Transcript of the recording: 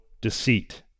deceit